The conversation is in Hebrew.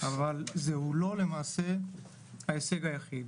אבל הוא לא ההישג היחיד.